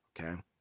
Okay